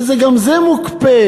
וגם זה מוקפא.